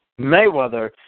Mayweather